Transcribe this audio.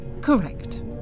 Correct